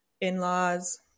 in-laws